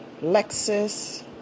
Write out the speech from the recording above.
Lexus